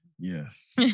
Yes